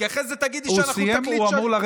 כי אחרי זה תגידי שאנחנו תקליט שבור.